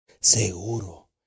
Seguro